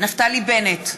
נפתלי בנט,